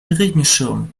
regenschirm